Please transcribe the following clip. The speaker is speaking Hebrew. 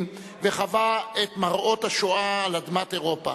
וחווה את מראות השואה על אדמת אירופה.